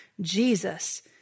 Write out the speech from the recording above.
Jesus